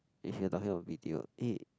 if you're talking about b_t_o mm